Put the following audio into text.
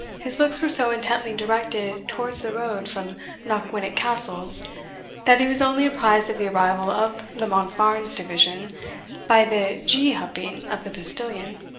his looks were so intently directed towards the road from knockwinnock castles that he was only apprized of the arrival of the monkbarns division by the gee-hupping of the postilion,